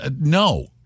no